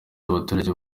abaturage